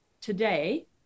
today